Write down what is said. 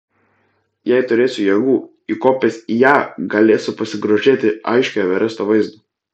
jei turėsiu jėgų įkopęs į ją galėsiu pasigrožėti aiškiu everesto vaizdu